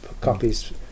copies